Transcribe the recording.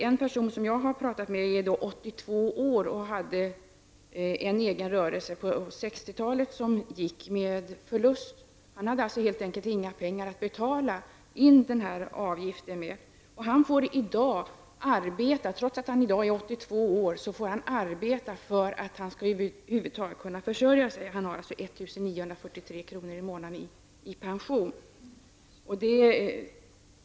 En person som jag har talat med är 82 år och hade en egen rörelse på 60-talet som gick med förlust. Han hade helt enkelt inga pengar att betala in avgiften med. Han får i dag arbeta för att över huvud taget kunna försörja sig, trots att han är 82 år. Han har 1 943 kr. i månaden i pension.